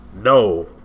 No